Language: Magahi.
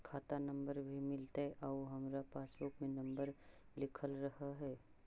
खाता नंबर भी मिलतै आउ हमरा पासबुक में नंबर लिखल रह है?